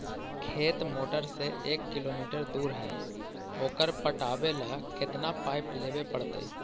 खेत मोटर से एक किलोमीटर दूर है ओकर पटाबे ल केतना पाइप लेबे पड़तै?